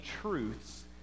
truths